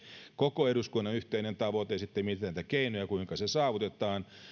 koko eduskunnan yhteinen tavoite ja sitten mietitään niitä keinoja kuinka se saavutetaan